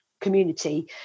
community